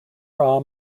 are